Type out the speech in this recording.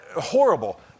horrible